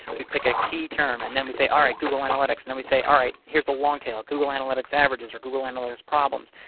we pick a key term, and then we say, alright, google analytics. then we say, alright, here's the long tail. google analytics averages or google analytics problems.